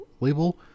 label